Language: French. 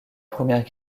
première